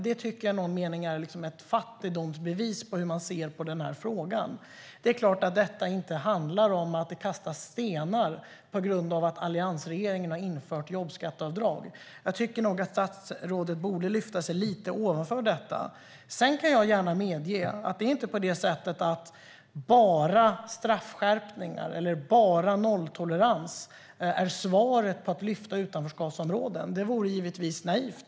Det tycker jag nog är ett fattigdomsbevis på hur man ser på den här frågan. Det är klart att detta inte handlar om att kasta stenar på grund av att alliansregeringen införde jobbskatteavdrag. Jag tycker nog att statsrådet borde lyfta sig lite ovanför den nivån. Sedan kan jag gärna medge att bara straffskärpningar eller bara nolltolerans är svaret på att lyfta utanförskapsområden. Det vore givetvis naivt att tro det.